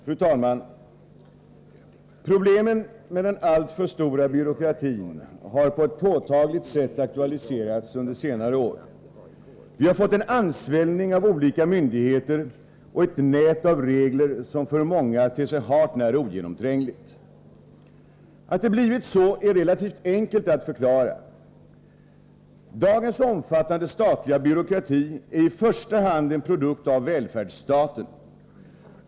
Fru talman! Problemen med den alltför stora byråkratin har på ett påtagligt sätt aktualiserats under senare år. Vi har fått en ansvällning av olika myndigheter och ett nät av regler, som för många ter sig hart när ogenomträngligt. Att det blivit så är relativt enkelt att förklara. Dagens omfattande statliga byråkrati är i första hand en produkt av välfärdsstaten.